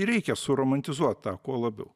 reikia suromantizuot tą kuo labiau